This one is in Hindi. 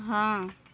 हाँ